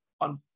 on